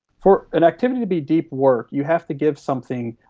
for an activity to be deep work you have to give something,